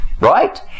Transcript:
Right